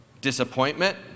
disappointment